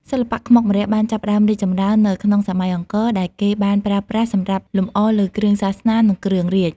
សិល្បៈខ្មុកម្រ័ក្សណ៍បានចាប់ផ្ដើមរីកចម្រើននៅក្នុង សម័យអង្គរ ដែលគេបានប្រើប្រាស់សម្រាប់លម្អលើគ្រឿងសាសនា និងគ្រឿងរាជ្យ។